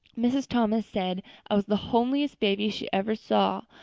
mrs. thomas said i was the homeliest baby she ever saw,